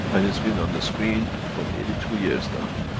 and it's been on the screen for nearly two years now.